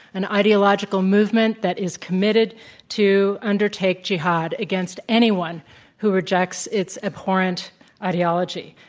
an ideological movement that is committed to undertake jihad against anyone who rejects its abhorrent ideology.